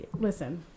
listen